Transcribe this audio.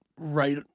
right